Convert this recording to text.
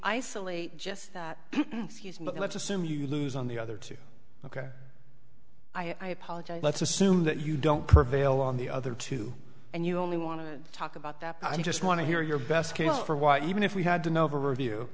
isolate just that let's assume you lose on the other two ok i apologize let's assume that you don't prevail on the other two and you only want to talk about that i just want to hear your best case for why even if we had another review